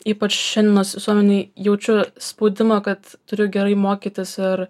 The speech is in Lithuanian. ypač šiandienos visuomenėje jaučiu spaudimą kad turiu gerai mokytis ir